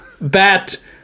Bat